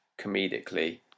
comedically